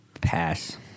Pass